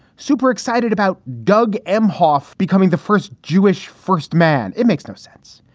super excited about doug imhoff becoming the first jewish first man. it makes no sense.